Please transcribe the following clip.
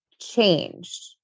changed